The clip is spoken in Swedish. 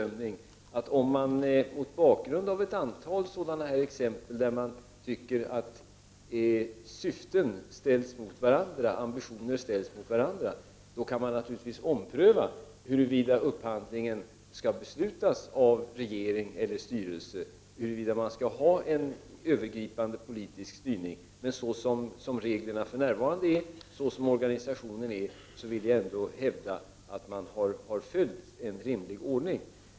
Mot bakgrund av ett antal sådana här exempel, där man finner att olika syften och ambitioner ställs mot varandra, kan man naturligtvis ompröva huruvida upphandlingen skall beslutas av regeringen eller styrelsen och huruvida man skall ha en övergripande politisk styrning — så långt kan jag tillmötesgå Åke Gustavsson i hans bedömning. Men såsom reglerna och organisationen för närvarande är vill jag ändå hävda att man har följt en rimlig ordning.